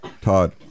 Todd